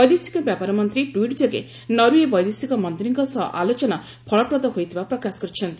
ବୈଦେଶିକ ବ୍ୟାପାର ମନ୍ତ୍ରୀ ଟ୍ୱିଟ୍ ଯୋଗେନରଓ୍ବେ ବୈଦେଶିକ ମନ୍ତ୍ରୀଙ୍କ ସହ ଆଲୋଚନା ଫଳପ୍ରଦ ହୋଇଥିବା ପ୍ରକାଶ କରିଛନ୍ତି